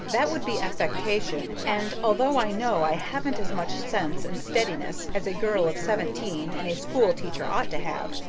that would be affectation, and, although i know i haven't as much sense and steadiness as a girl of seventeen and a schoolteacher ought to have,